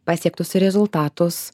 pasiektus rezultatus